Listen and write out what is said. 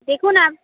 দেখুন আপ